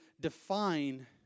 define